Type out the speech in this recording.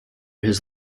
his